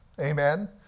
Amen